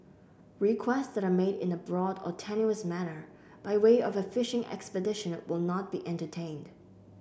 requests that are made in a broad or tenuous manner by way of a fishing expedition will not be entertained